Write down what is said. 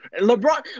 LeBron